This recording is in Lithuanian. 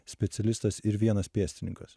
specialistas ir vienas pėstininkas